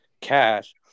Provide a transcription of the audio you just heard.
cash